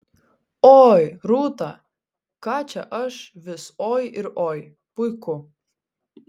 oi rūta ką čia aš vis oi ir oi puiku